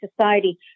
society